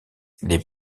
les